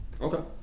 okay